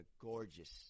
gorgeous